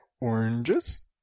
oranges